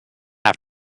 have